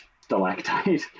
stalactite